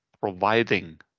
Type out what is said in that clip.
providing